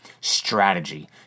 strategy